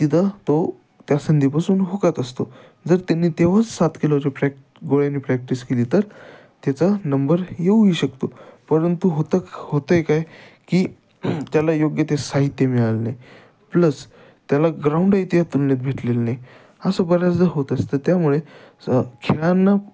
तिथं तो त्या संधीपासून हुकत असतो जर त्यांनी तेव्हाच सात केलोच्या प्रॅक् गोळ्याने प्रॅक्टिस केली तर त्याचा नंबर येऊ ही शकतो परंतु होतं होत आहे काय की त्याला योग्य ते साहित्य मिळालं नाही प्लस त्याला ग्राउंड ही त्या तुलनेत भेटलेलं नाही असं बऱ्याचदा होत असतं त्यामुळे स खेळांना